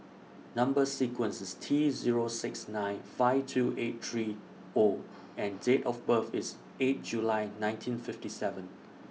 Number sequence IS T Zero six nine five two eight three O and Date of birth IS eight July nineteen fifty seven